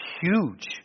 huge